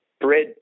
bread